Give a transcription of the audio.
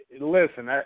listen